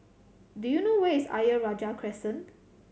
do you know where is Ayer Rajah Crescent